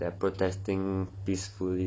they're protesting peacefully